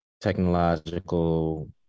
technological